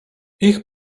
ich